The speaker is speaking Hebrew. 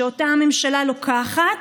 שאותו הממשלה לוקחת,